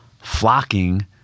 flocking